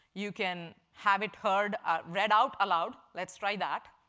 you can have it heard read out aloud. let's try that.